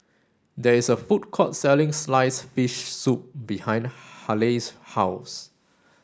there is a food court selling sliced fish soup behind Halle's house